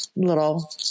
little